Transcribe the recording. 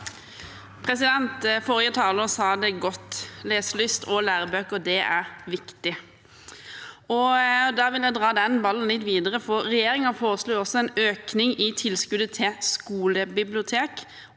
Forri- ge taler sa det godt: Leselyst og lærebøker er viktig. Jeg vil dra den ballen litt videre, for regjeringen foreslår også en økning i tilskuddet til skolebiblioteker